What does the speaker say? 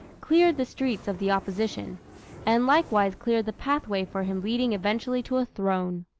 cleared the streets of the opposition and likewise cleared the pathway for him leading eventually to a throne.